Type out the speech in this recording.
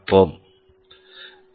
Thank you